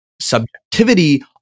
subjectivity